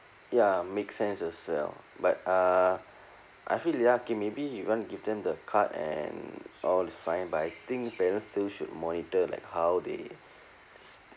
ya make sense as well but uh I feel ya okay maybe he won't give them the card and all is fine but I think parents still should monitor like how they